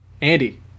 Andy